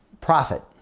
profit